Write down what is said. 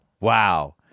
Wow